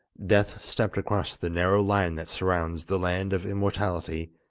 death stepped across the narrow line that surrounds the land of immortality,